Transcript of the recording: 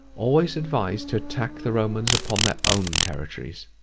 always advised to attack the romans upon their own territories.